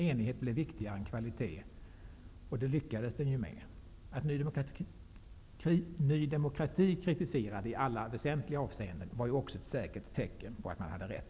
Enighet blev viktigare än kvalitet, och det lyckades den ju med - att Ny demokrati kritiserade i alla väsentliga avseenden var ju också ett säkert tecken på att man hade rätt.